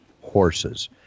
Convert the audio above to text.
horses